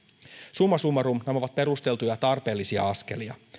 summa summarum nämä ovat perusteltuja ja tarpeellisia askelia